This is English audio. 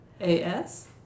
A-S